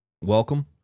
welcome